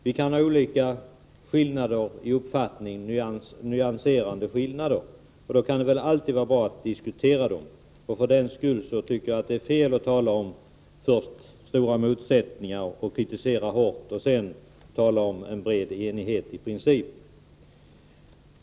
Vi kan ha skilda uppfattningar när det gäller nyanser, och då kan det vara bra att diskutera detta. Men jag tycker att det är fel att först tala om stora motsättningar och komma med hård kritik för att sedan tala om en bred enighet i princip.